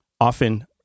often